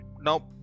now